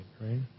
right